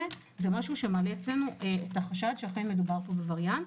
זה מעלה אצלנו את החשד שאכן מדובר פה בווריאנט.